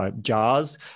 jars